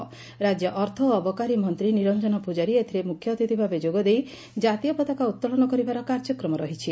ରାକ୍ୟ ଅର୍ଥ ଓ ଅବକାରୀ ମନ୍ତୀ ନିରଞ୍ଚନ ପୂଜାରୀ ଏଥିରେ ମ୍ମଖ୍ୟଅତିଥି ଭାବେ ଯୋଗଦେଇ କାତୀୟପତାକା ଉତ୍ତୋଳନ କରିବାର କାର୍ଯ୍ୟକ୍ରମ ରହିଛି